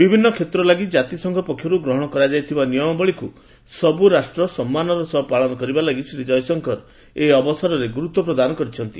ବିଭିନ୍ନ କ୍ଷେତ୍ର ଲାଗି ଜାତିସଂଘ ପକ୍ଷର୍ ଗ୍ରହଣ କରାଯାଇଥିବା ନିୟମାବଳିକୁ ସବୁ ରାଷ୍ଟ୍ର ସମ୍ମାନର ସହ ପାଳନ କରିବା ଲାଗି ଶ୍ରୀ ଜୟଶଙ୍କର ଏହି ଅବସରରେ ଗୁରୁତ୍ୱ ପ୍ରଦାନ କରିଥିଲେ